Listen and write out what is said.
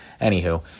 anywho